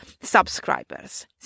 subscribers